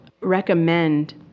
recommend